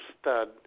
stud